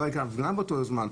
לא הייתה הפגנה שם באותו זמן,